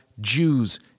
Jews